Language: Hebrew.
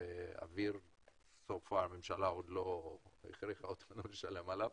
ואוויר הממשלה עדיין לא מכריחה אותנו לשלם עליו.